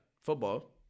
football